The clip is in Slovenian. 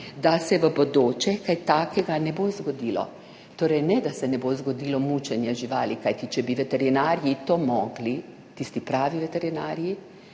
da se v bodoče kaj takega ne bo zgodilo, torej ne, da se ne bo zgodilo mučenje živali, kajti če bi veterinarji to mogli, tisti pravi veterinarji